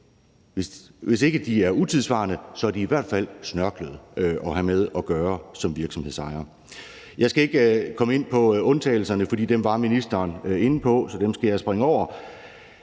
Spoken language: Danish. hvis ikke de er utidssvarende, er de i hvert fald snørklede at have med at gøre som virksomhedsejer. Jeg skal ikke komme ind på undtagelserne, for dem var ministeren inde på, så dem skal jeg springe over,